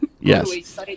Yes